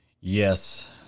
Yes